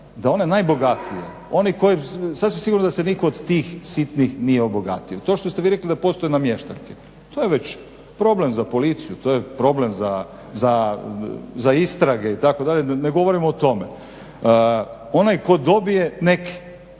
da one najbogatije, oni koji sasvim sigurno da se nitko od tih sitnih nije obogatio. To što ste vi rekli da postoje namještaljke to je već problem za policiju, to je problem za istrage itd. Ne govorim o tome. Onaj tko dobije nek'